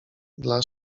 dla